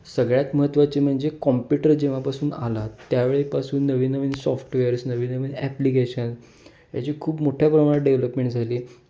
सगळ्यात महत्त्वाचे म्हणजे कॉम्प्युटर जेव्हापासून आला त्यावेळी पासून नवीन नवीन सॉफ्टवेअर्स नवीन नवीन ॲप्लिकेशन याची खूप मोठ्या प्रमाणात डेव्हलपमेंट झाली